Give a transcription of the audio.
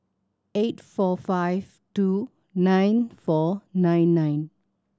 eight four five two nine four nine nine